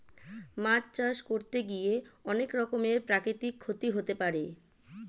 মাছ চাষ করতে গিয়ে অনেক রকমের প্রাকৃতিক ক্ষতি হতে পারে